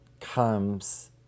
comes